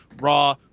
raw